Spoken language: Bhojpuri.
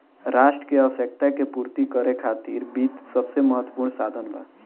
राष्ट्र के आवश्यकता के पूर्ति करे खातिर वित्त सबसे महत्वपूर्ण साधन बा